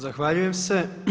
Zahvaljujem se.